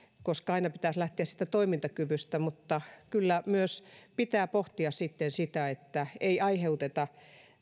koska aina pitäisi lähteä siitä toimintakyvystä mutta kyllä myös pitää pohtia sitten sitä että ei aiheuteta